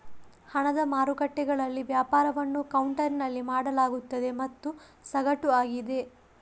ಹಣದ ಮಾರುಕಟ್ಟೆಗಳಲ್ಲಿ ವ್ಯಾಪಾರವನ್ನು ಕೌಂಟರಿನಲ್ಲಿ ಮಾಡಲಾಗುತ್ತದೆ ಮತ್ತು ಸಗಟು ಆಗಿದೆ